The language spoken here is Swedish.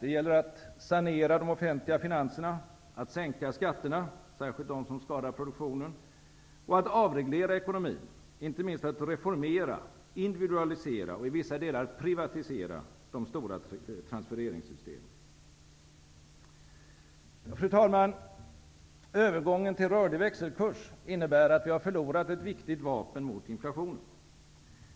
Det gäller att sanera de offentliga finanserna, att sänka skatterna, särskilt de som skadar produktionen, och att avreglera ekonomin, vidare inte minst att reformera, individualisera och i vissa delar privatisera de stora transfereringssystemen. Fru talman! Övergången till rörlig växelkurs innebär att vi har förlorat ett viktigt vapen mot inflationen.